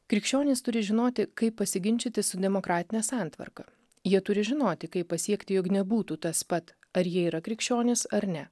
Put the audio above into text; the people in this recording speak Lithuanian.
krikščionys turi žinoti kaip pasiginčyti su demokratine santvarka jie turi žinoti kaip pasiekti jog nebūtų tas pat ar jie yra krikščionys ar ne